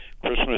Christmas